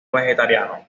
vegetariano